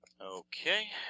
Okay